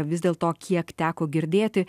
vis dėlto kiek teko girdėti